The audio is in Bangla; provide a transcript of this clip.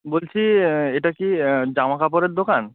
বলছি এটা কি জামাকাপড়ের দোকান